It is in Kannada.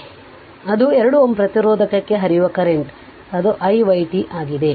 ಆದ್ದರಿಂದ ಅದು 2 Ω ಪ್ರತಿರೋಧಕ್ಕೆ ಹರಿಯುವ ಕರೆಂಟ್ ಅದು i y t ಆಗಿದೆ